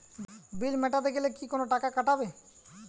বিল মেটাতে গেলে কি কোনো টাকা কাটাবে?